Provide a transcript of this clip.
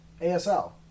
ASL